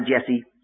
Jesse